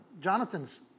Jonathan's